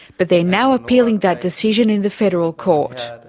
but they're now appealing that decision in the federal court.